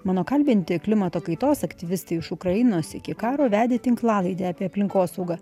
mano kalbinti klimato kaitos aktyvistai iš ukrainos iki karo vedė tinklalaidę apie aplinkosaugą